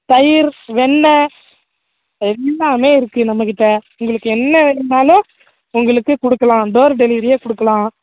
தயிர் வெண்ணய் எல்லாமே இருக்குது நம்மக்கிட்டே உங்களுக்கு என்ன வேணுன்னாலும் உங்களுக்கு கொடுக்கலாம் டோர் டெலிவரியே கொடுக்கலாம்